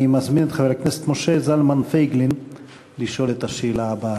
אני מזמין את חבר הכנסת משה זלמן פייגלין לשאול את השאלה הבאה.